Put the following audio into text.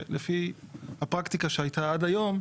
שלפי הפרקטיקה שהייתה עד היום,